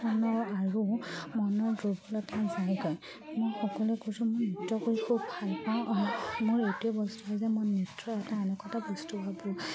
আৰু মনৰ দুৰ্বলতা যায়গৈ মই সকলোৱে কৈছোঁ মোৰ নৃত্য কৰি খুব ভাল পাওঁ অহ্ মোৰ এইটোৱে বস্তু হয় যে মই নৃত্য এটা এনেকুৱা বস্তু ভাবোঁ